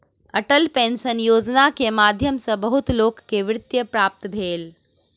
Atal pension योजना के माध्यम सॅ बहुत लोक के वृत्ति प्राप्त भेल